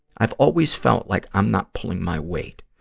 i've always felt like i'm not pulling my weight.